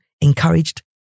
encouraged